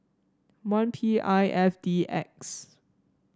one P I F D X